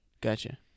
Gotcha